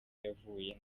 yavuye